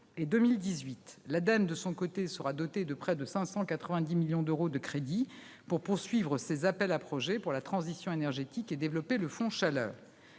et 2018. L'Ademe, de son côté, sera dotée de près de 590 millions d'euros de crédits pour poursuivre ses appels à projets pour la transition énergétique et développer le fonds chaleur.